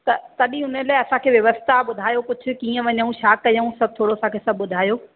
त तॾहिं हुन लाइ असांखे व्यवस्था ॿुधायो कुझु कीअं वञूं छा कयूं सभु थोरो असांखे सभु ॿुधायो